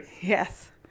Yes